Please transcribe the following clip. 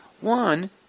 One